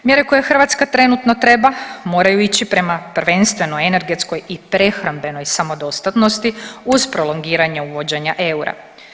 Mjere koje Hrvatska trenutno treba moraju ići prema prvenstveno energetskoj i prehrambenoj samodostatnosti, uz prolongiranje uvođenje eura.